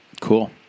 Cool